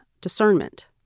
discernment